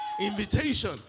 Invitation